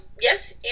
Yes